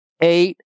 eight